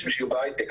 שיהיו בהייטק,